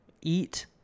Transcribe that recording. Eat